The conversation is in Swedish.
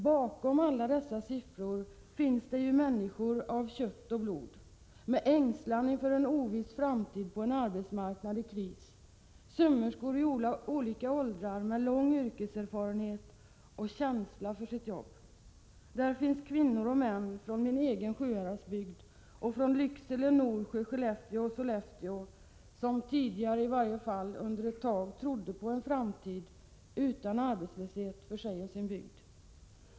Bakom alla dessa siffror finns det ju människor av kött och blod, med ängslan inför en oviss framtid påh en arbetsmarknad i kris — sömmerskor i olika åldrar med lång yrkeserfarenhet och känsla för sitt jobb. Där finns kvinnor och män från min egen bygd, Sjuhäradsbygden, och från Lycksele, Norsjö, Skellefteå och Sollefteå som tidigare, åtminstone under en period, trodde på en framtid utan arbetslöshet för sig och sin bygd.